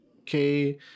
okay